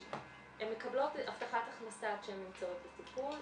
הן מקבלות הבטחת הכנסה כשהן נמצאות בטיפול.